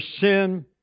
sin